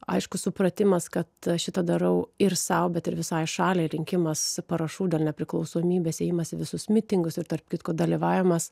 aišku supratimas kad šitą darau ir sau bet ir visai šaliai rinkimas parašų dėl nepriklausomybės ėjimas į visus mitingus ir tarp kitko dalyvavimas